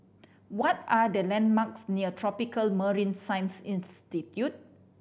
what are the landmarks near Tropical Marine Science Institute